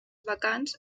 vacants